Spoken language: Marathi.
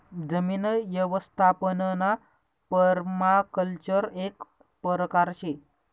जमीन यवस्थापनना पर्माकल्चर एक परकार शे